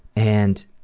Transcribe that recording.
and